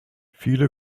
viele